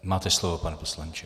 Máte slovo, pane poslanče.